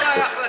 סליחה,